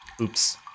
Oops